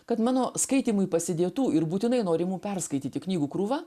kad mano skaitymui pasidėtų ir būtinai norimų perskaityti knygų krūva